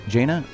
Jaina